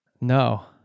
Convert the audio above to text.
No